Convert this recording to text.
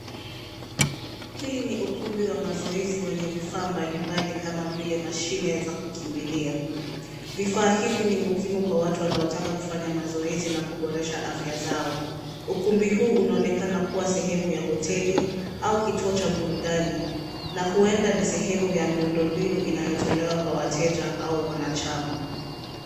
Hili ni ukumbi wa mazoezi wenye vifaa mbalimbali kama vile mashine za kukimbilia. Vifaa hivi ni muhimu kwa watu wanaotaka kufanya mazoezi na kuboresha afya zao. Ukumbi huu unaonekana kuwa sehemu ya hoteli au kituo cha burudani na huenda ni sehemu ya miundombinu inayotolewa kwa wateja au wanachama.